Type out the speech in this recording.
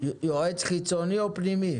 יועץ חיצוני או פנימי?